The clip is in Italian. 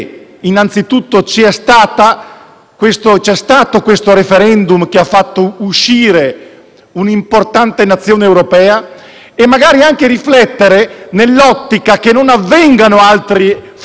c'è stato questo *referendum*, che ha fatto uscire un'importante nazione europea, e magari anche riflettere nell'ottica che non avvengano altre fuoriuscite, nell'ottica, cioè,